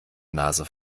nase